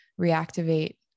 reactivate